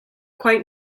quite